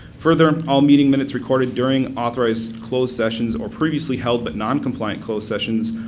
further, all meeting minutes recorded during authorized closed sessions, or previously held, but non compliant closed sessions,